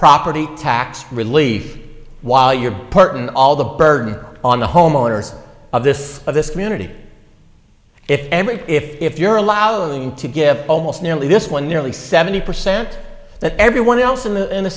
property tax relief while your part and all the burden on the homeowners of this of this community if every if you're allowing them to give almost nearly this one nearly seventy percent that everyone else in the in